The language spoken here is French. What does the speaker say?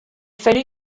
fallut